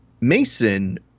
Mason